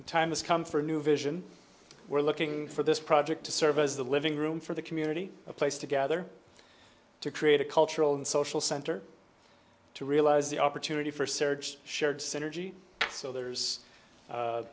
the time has come for a new vision we're looking for this project to serve as the living room for the community a place to gather to create a cultural and social center to realize the opportunity for search shared synergy so there's